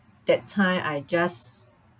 that time I just